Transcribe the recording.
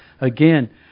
Again